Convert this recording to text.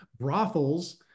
brothels